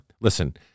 listen